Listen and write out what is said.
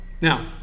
Now